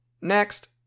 Next